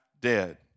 dead